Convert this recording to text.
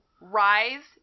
rise